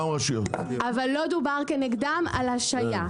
אבל לא דובר כנגדן על השהיה.